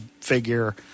figure